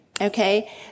Okay